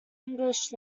english